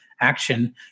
action